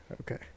okay